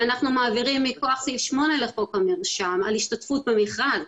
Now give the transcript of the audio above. ואנחנו מעבירים מכוח סעיף 8 לחוק המרשם על השתתפות במכרז,